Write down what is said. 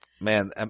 Man